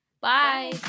Bye